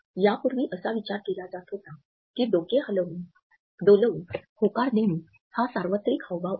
यापूर्वी असा विचार केला जात होता की डोके डोलवून होकार देणे हा सार्वत्रिक हावभाव आहे